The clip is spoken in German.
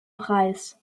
preis